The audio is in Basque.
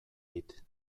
dit